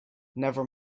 never